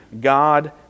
God